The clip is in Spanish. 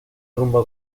rumba